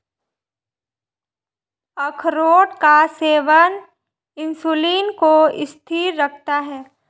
अखरोट का सेवन इंसुलिन को स्थिर रखता है